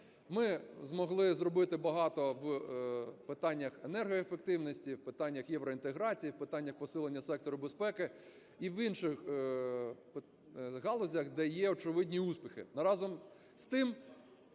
Ми змогли зробити багато в питаннях енергоефективності, в питаннях євроінтеграції, в питаннях посилення сектору безпеки і в інших галузях, де є очевидні успіхи.